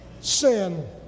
sin